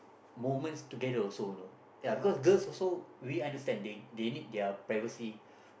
moments together also you know ya because girls also we understand they they need their privacy